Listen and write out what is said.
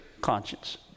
conscience